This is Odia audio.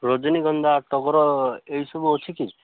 ରଜନୀ ଗନ୍ଧା ଟଗର ଏ ସବୁ ଅଛି କି